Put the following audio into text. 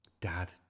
Dad